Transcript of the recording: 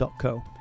co